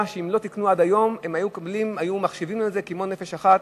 שאם לא תיקנו עד היום הם היו מחשיבים להם את זה כמו נפש אחת.